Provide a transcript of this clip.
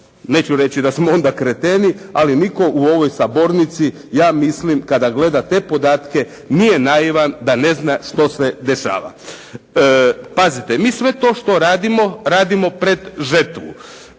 neću reći da smo onda kreteni, ali nitko u ovoj sabornici, ja mislim kada gleda te podatke nije naivan da ne zna što se dešava. Pazite, mi sve to što radimo, radimo pred žetvu